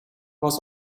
was